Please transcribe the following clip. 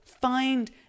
find